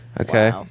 Okay